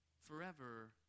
forever